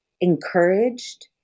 encouraged